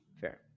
Fair